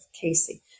Casey